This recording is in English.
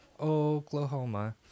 Oklahoma